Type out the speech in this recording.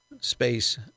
space